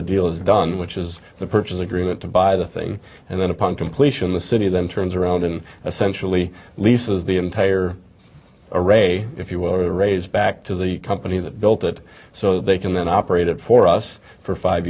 the deal is done which is the purchase agreement to buy the thing and then upon completion the city then turns around and essentially leases the entire array if you will raise back to the company that built it so they can then operate it for us for five